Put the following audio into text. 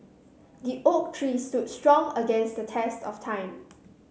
the oak tree stood strong against the test of time